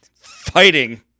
fighting